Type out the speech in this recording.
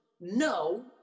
no